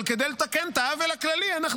אבל כדי לתקן את העוול הכללי אנחנו